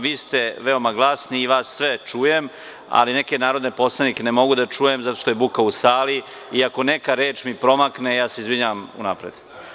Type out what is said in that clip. Vi ste veoma glasni i vas sve čujem, ali neke narodne poslanike ne mogu da čujem zato što je buka u sali i ako mi neka reč promakne, ja se izvinjavam unapred.